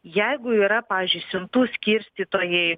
jeigu yra pavyzdžiui siuntų skirstytojai